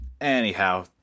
Anyhow